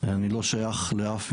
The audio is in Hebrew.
אני לא שייך לאף מפלגה,